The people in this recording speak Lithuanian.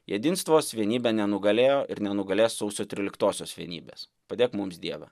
jedinstvos vienybė nenugalėjo ir nenugalės sausio tryliktosios vienybės padėk mums dieve